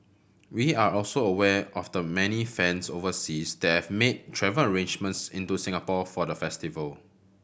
we are also aware of the many fans overseas that have made travel arrangements into Singapore for the festival